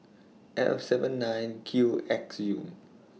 F seven nine Q X U